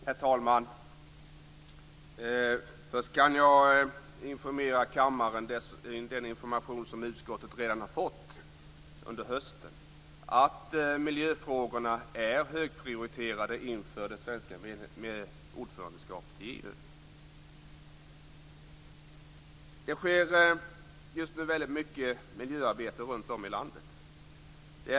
Herr talman! Först kan jag informera kammaren - en information som utskottet redan har fått under hösten - om att miljöfrågorna är högprioriterade inför det svenska ordförandeskapet i EU. Det sker just nu mycket miljöarbete runt om i landet.